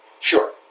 Sure